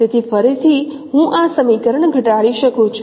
તેથી ફરીથી હું આ સમીકરણ ઘટાડી શકું છું